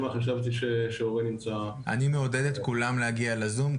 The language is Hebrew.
אני מעודד את כולם להגיע לזום.